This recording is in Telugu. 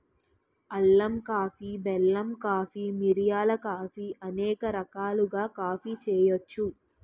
అల్లం కాఫీ బెల్లం కాఫీ మిరియాల కాఫీ అనేక రకాలుగా కాఫీ చేయొచ్చు